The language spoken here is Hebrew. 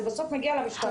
זה בסוף מגיע למשטרה.